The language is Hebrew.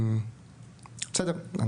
בסדר?